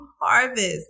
harvest